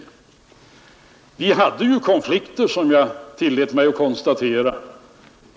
Vi hade ju konflikter, som jag tillät mig att konstatera.